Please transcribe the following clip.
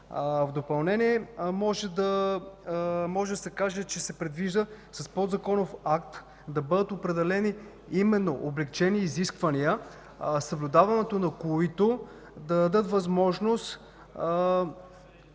В допълнение може да се каже, че се предвижда с подзаконов акт да бъдат определени именно облекчени изисквания, съблюдаването на които да даде възможност